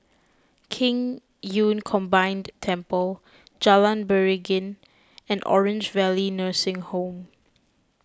Qing Yun Combined Temple Jalan Beringin and Orange Valley Nursing Home